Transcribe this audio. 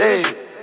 hey